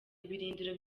ibirindiro